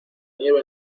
nieve